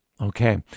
Okay